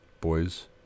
boys